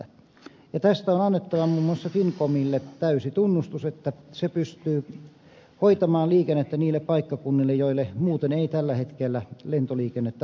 tästä on annettava muun muassa finncommille täysi tunnustus että se pystyy hoitamaan liikennettä niille paikkakunnille joille muuten ei tällä hetkellä lentoliikennettä olisi